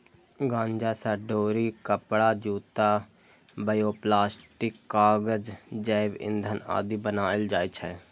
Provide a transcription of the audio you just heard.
गांजा सं डोरी, कपड़ा, जूता, बायोप्लास्टिक, कागज, जैव ईंधन आदि बनाएल जाइ छै